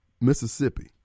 Mississippi